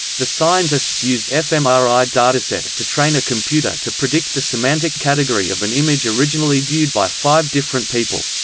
the scientists used fmri datasets to train a computer to predict the semantic category of an image originally viewed by five different people.